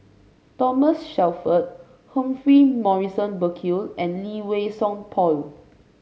Thomas Shelford Humphrey Morrison Burkill and Lee Wei Song Paul